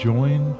Join